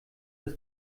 das